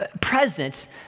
presence